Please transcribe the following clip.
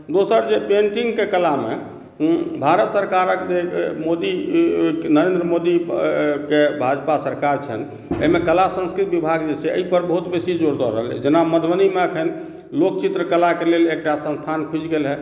दोसर जे पेन्टिंग के कलामे भारत सरकारक जे मोदी नरेन्द्र मोदीके भाजपा सरकार छनि एहिमे कला संस्कृति विभाग जे छै एहिपर बहुत बेसी जोर दऽ रहल अहि जेना मधुबनीमे अखन लोक चित्रकलाकेँ लेल एकटा संस्थान खुजि गेलै हँ